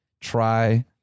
try